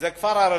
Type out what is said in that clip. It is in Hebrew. זה כפר ערבי,